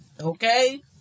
Okay